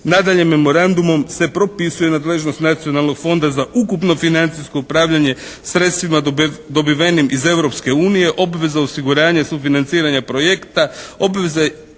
Nadalje, memorandumom se propisuje nadležnost nacionalnog fonda za ukupno financijsko upravljanje sredstvima dobivenim iz Europske unije, obveze osiguranja, sufinanciranja projekta, obveze